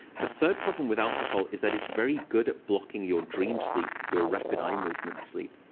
the third problem with alcohol is that it's very good at blocking your dream sleep, your rapid eye movement sleep.